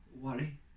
worry